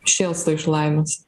šėlsta iš laimės